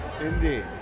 Indeed